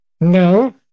no